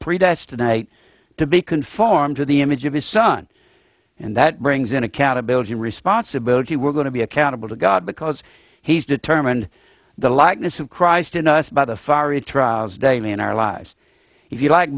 predestine night to be conformed to the image of his son and that brings in accountability responsibility we're going to be accountable to god because he's determined the likeness of christ in us by the fiery trials daily in our lives if you like